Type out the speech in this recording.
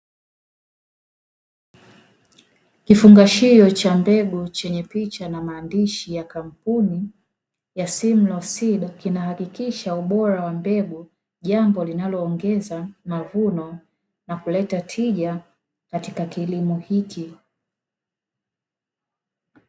Kifungashio cha mbegu chenye picha na maandishi ya kampuni ya ''simlaw seed'', kinahakikisha ubora wa mbegu, jambo linaloongeza mavuno na kuleta tija katika kilimo hiki.